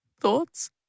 Thoughts